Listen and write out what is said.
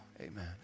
Amen